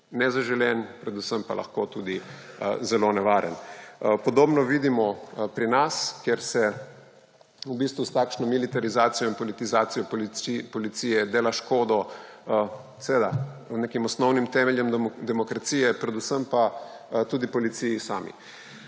nezaželen, predvsem pa lahko tudi zelo nevaren. Podobno vidimo pri nas, kjer se v bistvu s takšno militarizacijo in politizacijo policije dela škodo nekim osnovnim temeljem demokracije, predvsem pa tudi policiji sami.